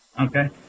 Okay